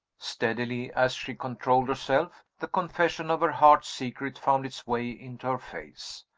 steadily as she controlled herself, the confession of her heart's secret found its way into her face.